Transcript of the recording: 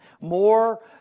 more